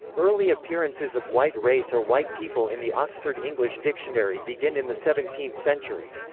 early appearances of white race or white people in the oxford english dictionary begin in the seventeenth century.